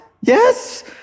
Yes